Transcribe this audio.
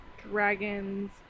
dragon's